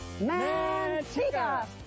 Manteca